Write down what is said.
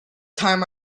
time